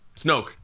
Snoke